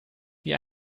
wie